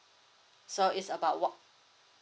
so is about one